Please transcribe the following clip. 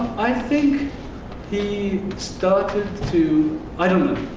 i think he started to i don't know.